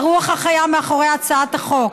הרוח החיה מאחורי הצעת החוק.